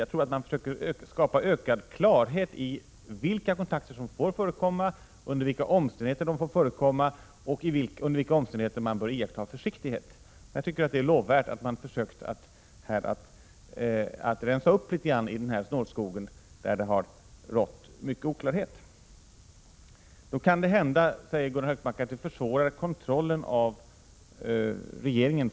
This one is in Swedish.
Jag tror att man försöker skapa ökad klarhet i vilka kontakter som får förekomma, under vilka omständigheter de får förekomma och under vilka omständigheter man bör iaktta försiktighet. Jag tycker att det är lovvärt att man här har försökt rensa upp litet grand i snårskogen, där det har rått mycken oklarhet. Då kan det hända, säger Gunnar Hökmark, att det försvårar KU:s kontroll av regeringen.